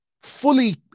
fully